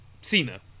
cena